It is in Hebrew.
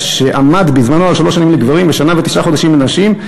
שעמד בזמנו על שלוש שנים לגברים ושנה ותשעה חודשים לנשים,